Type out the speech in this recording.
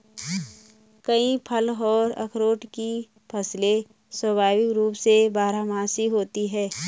कई फल और अखरोट की फसलें स्वाभाविक रूप से बारहमासी होती हैं